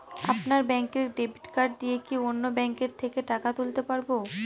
আপনার ব্যাংকের debit card দিয়ে কি অন্য ব্যাংকের থেকে টাকা তুলতে পারবো?